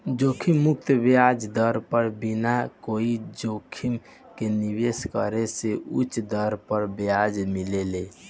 जोखिम मुक्त ब्याज दर पर बिना कोई जोखिम के निवेश करे से उच दर पर ब्याज मिलेला